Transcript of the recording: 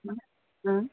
ହୁଁ